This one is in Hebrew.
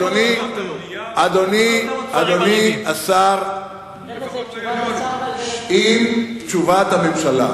אדוני השר, אם תשובת הממשלה